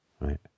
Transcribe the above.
Right